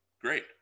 great